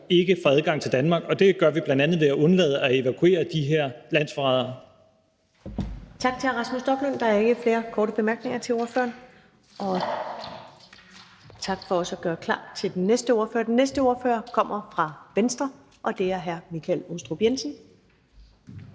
ikke får adgang til Danmark, og det gør vi bl.a. ved at undlade at evakuere de her landsforrædere.